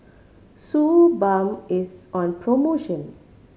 Suu Balm is on promotion